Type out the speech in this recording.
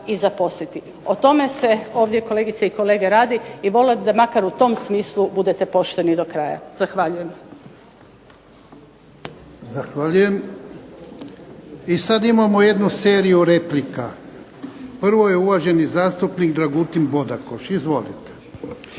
I sada imamo jednu seriju replika. Prvo je uvaženi zastupnik Dragutin Bodakoš. Izvolite.